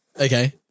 Okay